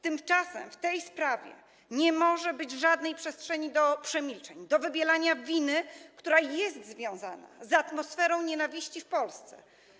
Tymczasem w tej sprawie nie może być żadnej przestrzeni do przemilczeń, do wybielania winy, która jest związana z atmosferą nienawiści w Polsce.